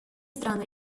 страны